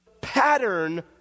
pattern